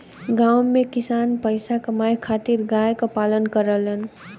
गांव में किसान पईसा कमाए खातिर गाय क पालन करेलन